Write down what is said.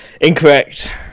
Incorrect